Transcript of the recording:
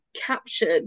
captured